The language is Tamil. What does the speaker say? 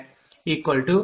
4862401